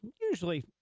usually